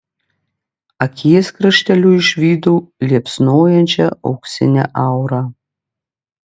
akies krašteliu išvydau liepsnojančią auksinę aurą